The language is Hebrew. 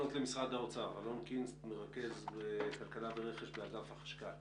אלון קינסט, מרכז כלכלה ורכש באגף החשכ"ל